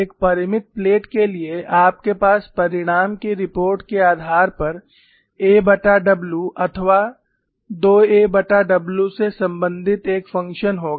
एक परिमित प्लेट के लिए आपके पास परिणाम की रिपोर्ट के आधार पर aw अथवा 2a w से संबंधित एक फ़ंक्शन होगा